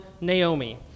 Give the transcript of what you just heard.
Naomi